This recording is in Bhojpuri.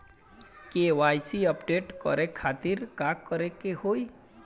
के.वाइ.सी अपडेट करे के खातिर का करे के होई?